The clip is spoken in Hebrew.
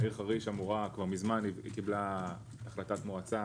חריש כבר מזמן קיבלה החלטת מועצה,